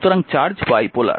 সুতরাং charge bipolar